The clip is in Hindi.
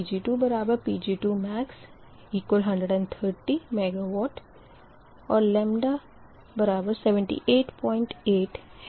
Pg2Pg2max130 MW और λ788 है